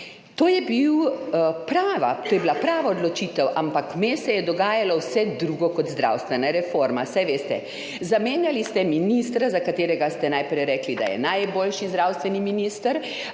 lahko razpolaga. To je bila prava odločitev, ampak vmes se je dogajalo vse drugo kot zdravstvena reforma. Saj veste, zamenjali ste ministra, za katerega ste najprej rekli, da je najboljši zdravstveni minister,